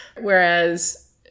Whereas